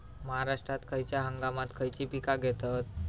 महाराष्ट्रात खयच्या हंगामांत खयची पीका घेतत?